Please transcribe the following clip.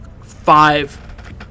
five